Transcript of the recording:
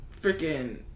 Freaking